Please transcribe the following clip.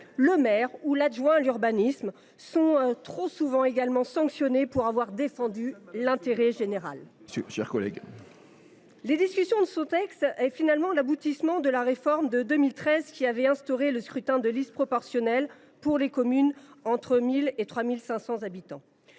le maire ou l’adjoint à l’urbanisme est sanctionné pour avoir défendu l’intérêt général. La discussion de ces textes est finalement l’aboutissement de la réforme de 2013, qui avait instauré le scrutin de liste proportionnel pour les communes entre 1 000 et 3 500 habitants.